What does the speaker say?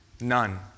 None